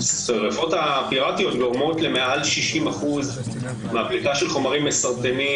שהשריפות הפיראטיות גורמות למעל 60% בבדיקה של חומרים מסרטנים,